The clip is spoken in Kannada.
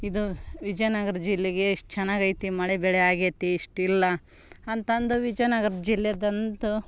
ಇದು ವಿಜಯನಗರ ಜಿಲ್ಲೆಗೆ ಇಷ್ಟು ಚೆನ್ನಾಗೈತಿ ಮಳೆ ಬೆಳೆ ಆಗೈತಿ ಇಷ್ಟಿಲ್ಲ ಅಂತಂದು ವಿಜಯನಗರ ಜಿಲ್ಲೆದಂತು